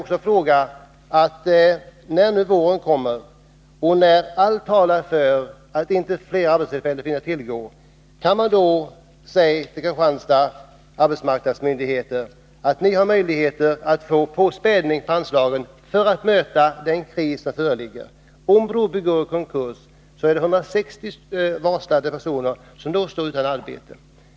Kan man när våren kommer och några arbetstillfällen inte finns att tillgå säga till arbetsmarknadsmyndigheterna i Kristianstads län att de har möjlighet att få påspädning för att möta den kris som föreligger? Om Broby Industrier går i konkurs, blir 160 personer utan arbete.